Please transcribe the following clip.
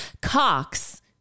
Cox